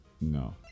No